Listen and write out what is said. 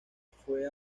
fue